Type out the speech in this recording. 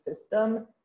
system